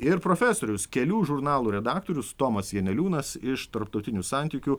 ir profesorius kelių žurnalų redaktorius tomas janeliūnas iš tarptautinių santykių